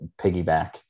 piggyback